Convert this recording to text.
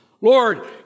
Lord